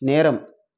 நேரம்